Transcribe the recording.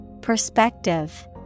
Perspective